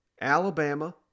Alabama